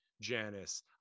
janice